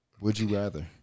Would-you-rather